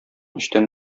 өчтән